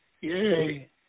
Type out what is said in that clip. Yay